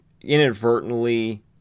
inadvertently